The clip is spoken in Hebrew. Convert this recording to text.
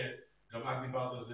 וגם את דיברת על זה,